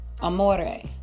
Amore